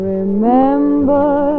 Remember